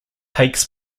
takes